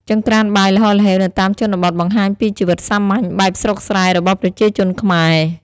ចង្រ្កានបាយល្ហល្ហេវនៅតាមជនបទបង្ហាញពីជីវិតសាមញ្ញបែបស្រុកស្រែរបស់ប្រជាជនខ្មែរ។